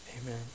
amen